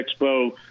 Expo